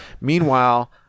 Meanwhile